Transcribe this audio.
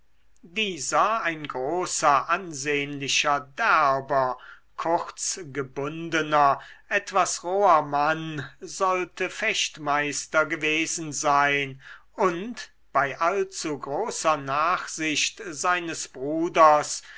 dieser ein großer ansehnlicher derber kurz gebundener etwas roher mann sollte fechtmeister gewesen sein und bei allzu großer nachsicht seines bruders